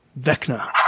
Vecna